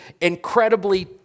incredibly